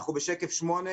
אנחנו בשקף 8,